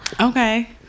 Okay